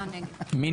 מי